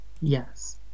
Yes